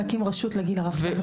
להקים רשות לגיל הרך.